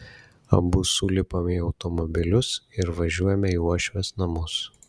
abu sulipame į automobilius ir važiuojame į uošvės namus